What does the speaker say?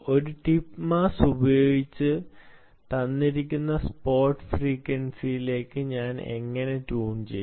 ഒരു tip mass പ്രയോഗിച്ച് തന്നിരിക്കുന്ന സ്പോട്ട് ഫ്രീക്വൻസിയിലേക്ക് ഞാൻ എങ്ങനെ ട്യൂൺ ചെയ്യും